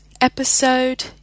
Episode